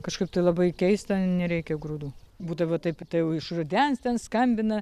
kažkaip tai labai keista nereikia grūdų būdavo taip tai jau iš rudens ten skambina